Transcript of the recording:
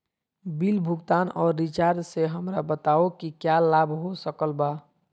Bill भुगतान और recharge से हमरा बताओ कि क्या लाभ हो सकल बा?